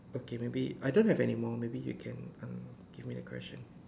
okay maybe I don't have anymore maybe you can um give me the question